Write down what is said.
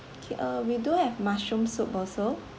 okay uh we do have mushroom soup also